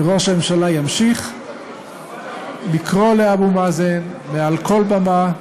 וראש הממשלה ימשיך לקרוא לאבו מאזן מעל כל במה,